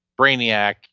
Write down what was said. Brainiac